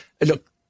Look